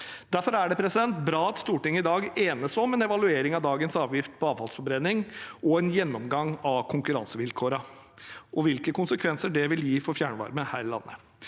Derfor er det bra at Stortinget i dag enes om en evaluering av dagens avgift på avfallsforbrenning og en gjennomgang av konkurransevilkårene og hvilke konsekvenser det vil gi for fjernvarme her i landet.